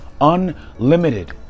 Unlimited